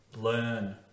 learn